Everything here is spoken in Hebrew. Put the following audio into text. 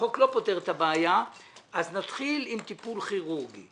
והחוק לא פותר את הבעיה אז נתחיל עם טיפול כירורגי.